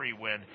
win